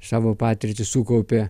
savo patirtį sukaupė